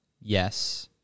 yes